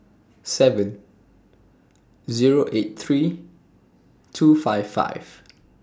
seven Zero eight three two five five